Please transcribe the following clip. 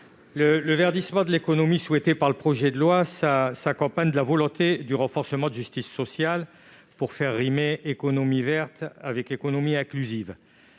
Le verdissement de l'économie souhaité par le projet de loi s'accompagne de la volonté du renforcement de la justice sociale, pour faire rimer économie verte avec économie inclusive.